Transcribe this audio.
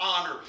honor